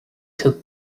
took